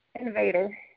invader